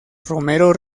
romero